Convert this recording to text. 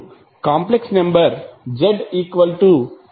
మీరు complex number zxjy